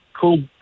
cool